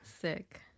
sick